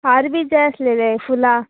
हार बी जाय आसलेले फुलां